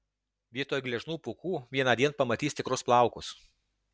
vietoj gležnų pūkų vienądien pamatys tikrus plaukus